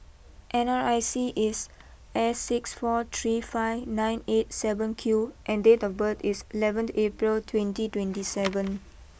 N R I C is S six four three five nine eight seven Q and date of birth is eleven April twenty twenty seven